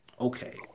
okay